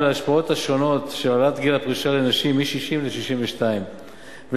להשפעות השונות של העלאת גיל הפרישה לנשים מ-60 ל-62 ולשינויים